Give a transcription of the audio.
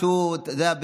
אתה יודע,